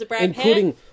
including